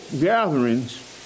gatherings